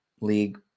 league